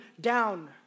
down